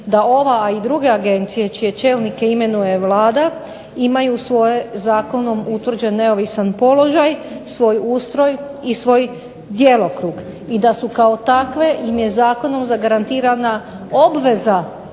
da ova a i druge agencije čije čelnike imenuje Vlada imaju svoje zakonom utvrđen neovisan položaj, svoj ustroj i svoj djelokrug. I da su kao takve im je zakonom zagarantirana obveza